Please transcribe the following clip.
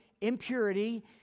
impurity